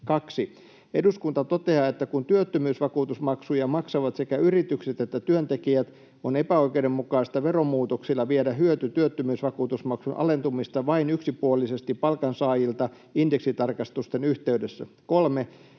2. Eduskunta toteaa, että kun työttömyysvakuutusmaksuja maksavat sekä yritykset että työntekijät, on epäoikeudenmukaista veromuutoksilla viedä hyöty työttömyysvakuutusmaksun alentumisesta vain yksipuolisesti palkansaajilta indeksitarkistusten yhteydessä. 3.